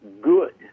good